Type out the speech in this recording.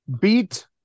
beat